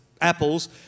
apples